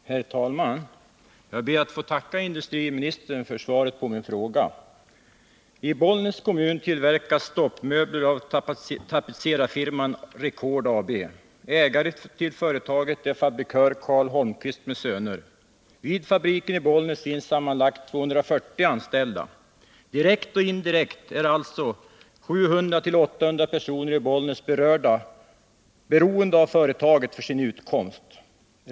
Herr talman! Jag ber att få tacka industriministern för svaret på min fråga. I Bollnäs kommun tillverkas stoppmöbler av tapetserarfirman Record AB. Ägare till företaget är fabrikör Carl Holmqvist med söner. Vid fabriken i Bollnäs finns sammanlagt ca 240 anställda. Direkt och indirekt är 700-800 personer i Bollnäs beroende av företaget för sin utkomst.